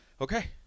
Okay